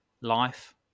life